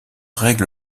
règle